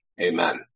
Amen